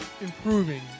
improving